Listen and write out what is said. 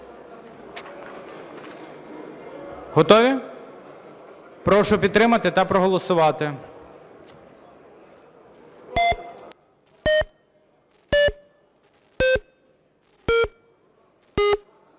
Готові? Прошу підтримати та проголосувати.